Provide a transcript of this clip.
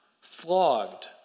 flogged